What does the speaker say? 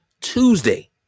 Tuesday